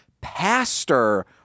Pastor